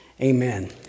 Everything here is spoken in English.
Amen